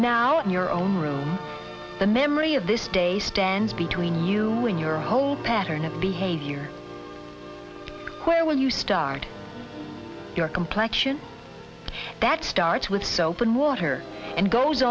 in your own room the memory of this day stands between you and your whole pattern of behavior where will you start your complection that starts with soap and water and goes